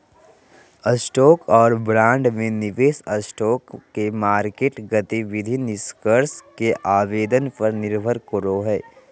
stock और bond में निवेश स्टॉक मार्केट गतिविधि निष्कर्ष के आवेदन पर निर्भर करो हइ